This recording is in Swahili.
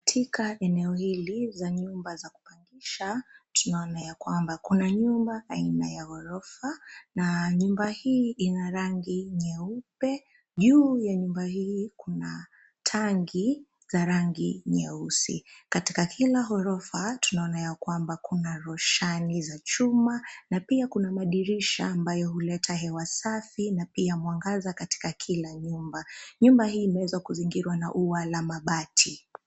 Katika eneo hili za nyumba za kupangisha, tunaona ya kwamba kuna nyumba aina ya ghorofa na nyumba hii ina rangi nyeupe, juu ya nyumba hii kuna, tanki, za rangi nyeusi, katika kila ghorofa tunaona ya kwamba kuna roshani za chuma na pia kuna madirisha ambayo huleta hewa safi na pia mwangaza katika kila nyumba, nyumba hii imeweza kuzingirwa na ua la mabati.